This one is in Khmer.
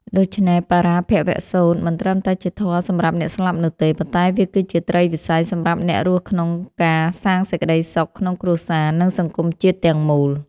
ដូច្នេះ បរាភវសូត្រមិនត្រឹមតែជាធម៌សម្រាប់អ្នកស្លាប់នោះទេ ប៉ុន្តែវាគឺជាត្រីវិស័យសម្រាប់អ្នករស់ក្នុងការសាងសេចក្ដីសុខក្នុងគ្រួសារ និងសង្គមជាតិទាំងមូល។